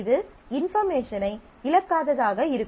இது இன்பார்மேஷனை இழக்காததாக இருக்கும்